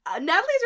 Natalie's